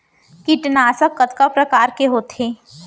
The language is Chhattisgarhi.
कीटनाशक कतका प्रकार के होथे?